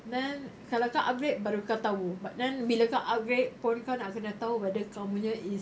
then kalau tak upgrade baru kau tahu but then bila kau upgrade poly kau nak kena tahu whether kau punya is